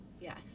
Yes